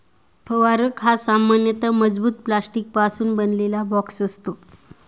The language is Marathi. फवारक हा सामान्यतः मजबूत प्लास्टिकपासून बनवलेला बॉक्स असतो